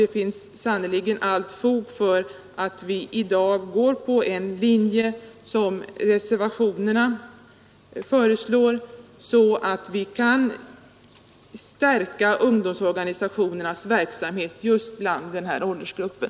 Det finns sannerligen allt fog för att riksdagen i dag följer den linje som reservanterna föreslår, så att vi kan stärka ungdomsorganisationernas verksamhet inom dessa åldersgrupper.